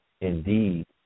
indeed